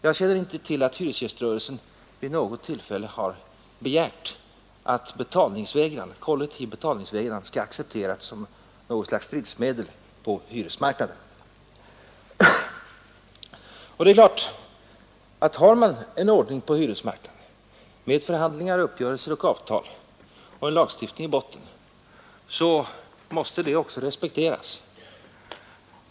Jag känner inte till att hyresgäströrelsen vid något tillfälle begärt att kollektiv betalningsvägran skall accepteras som något slags stridsmedel på hyresmarknaden. Har man en ordning på hyresmarknaden med förhandlingar, uppgörelser och avtal, och en lagstiftning i botten, så måste den ordningen naturligtvis också respekteras.